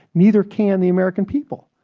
neither can the american people.